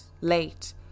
late